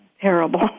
terrible